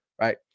right